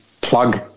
plug